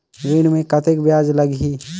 ऋण मे कतेक ब्याज लगही?